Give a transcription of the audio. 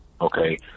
Okay